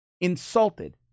insulted